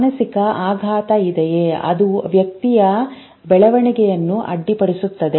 ಮಾನಸಿಕ ಆಘಾತ ಇದೆಯೇ ಅದು ವ್ಯಕ್ತಿಯ ಬೆಳವಣಿಗೆಯನ್ನು ಅಡ್ಡಿಪಡಿಸುತ್ತದೆ